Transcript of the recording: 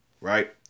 right